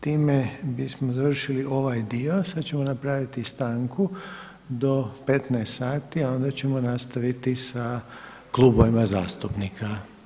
S time bismo završili ovaj dio, sada ćemo napraviti stanku do 15,00 sati, a onda ćemo nastaviti sa klubovima zastupnika.